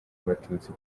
abatutsi